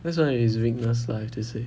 that's one of his weakness lah I have to say